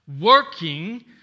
working